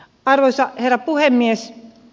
arvoisa herra puhemies